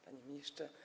Panie Ministrze!